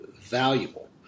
valuable